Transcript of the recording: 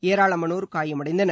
ஏராளமானோர் காயமடைந்தனர்